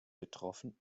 betroffen